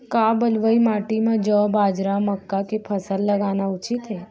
का बलुई माटी म जौ, बाजरा, मक्का के फसल लगाना उचित हे?